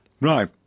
Right